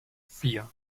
vier